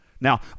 Now